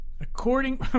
According